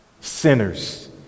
sinners